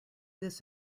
this